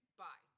bye